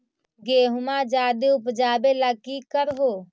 गेहुमा ज्यादा उपजाबे ला की कर हो?